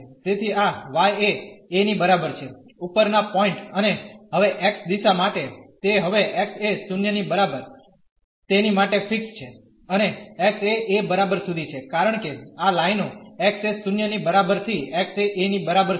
તેથી આ y એ a ની બરાબર છે ઉપરના પોઇન્ટ અને હવે x દિશા માટે તે હવે x એ 0 ની બરાબર તેની માટે ફિક્સ છે અને x એ a બરાબર સુધી છે કારણ કે આ લાઇનો x એ 0 ની બરાબર થી x એ a ની બરાબરસુધી